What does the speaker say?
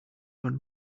when